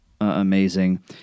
amazing